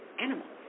animals